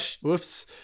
whoops